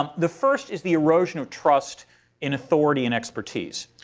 um the first is the erosion of trust in authority and expertise.